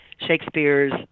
Shakespeare's